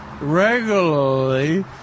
Regularly